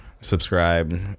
subscribe